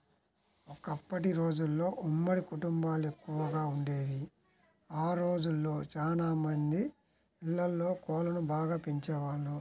ఒకప్పటి రోజుల్లో ఉమ్మడి కుటుంబాలెక్కువగా వుండేవి, ఆ రోజుల్లో చానా మంది ఇళ్ళల్లో కోళ్ళను బాగా పెంచేవాళ్ళు